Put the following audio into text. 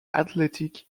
athletic